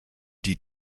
die